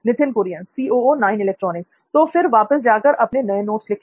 नित्थिन कुरियन और फिर वापस जाकर अपने नए नोट्स लिखें